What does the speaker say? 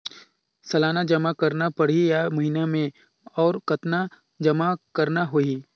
सालाना जमा करना परही या महीना मे और कतना जमा करना होहि?